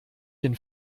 den